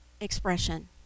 expression